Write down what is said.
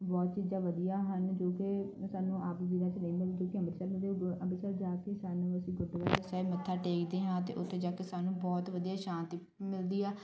ਬਹੁਤ ਚੀਜ਼ਾਂ ਵਧੀਆ ਹਨ ਜੋ ਕਿ ਸਾਨੂੰ ਆਮ ਬਜ਼ਾਰਾਂ 'ਚ ਨਹੀਂ ਮਿਲਦੀ ਕਿਉਂਕਿ ਅੰਮ੍ਰਿਤਸਰ ਨੂੰ ਦੇ ਅੰਮ੍ਰਿਤਸਰ ਜਾ ਕੇ ਸਾਨੂੰ ਅਸੀਂ ਗੁਰਦੁਆਰਾ ਸਾਹਿਬ ਮੱਥਾ ਟੇਕਦੇ ਹਾਂ ਅਤੇ ਉੱਥੇ ਜਾ ਕੇ ਸਾਨੂੰ ਬਹੁਤ ਵਧੀਆ ਸ਼ਾਂਤੀ ਮਿਲਦੀ ਆ